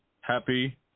happy